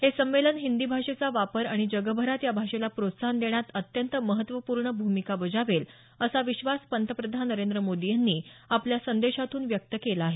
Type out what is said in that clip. हे संमेलन हिंदी भाषेचा वापर आणि जगभरात या भाषेला प्रोत्साहन देण्यात अत्यंत महत्वपूर्ण भूमिका बजावेल असा विश्वास पंतप्रधान नरेंद्र मोदी यांनी आपल्या संदेशातून व्यक्त केला आहे